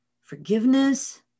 forgiveness